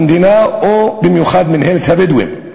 המדינה, או במיוחד מינהלת הבדואים,